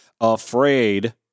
afraid